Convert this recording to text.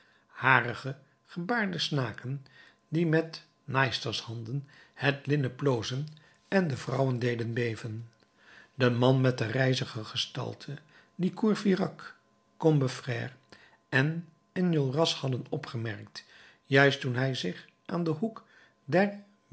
harige gebaarde snaken die met naaistershanden het linnen plozen en de vrouwen deden beven de man met de rijzige gestalte dien courfeyrac combeferre en enjolras hadden opgemerkt juist toen hij zich aan den hoek der